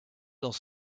dans